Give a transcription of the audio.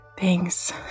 Thanks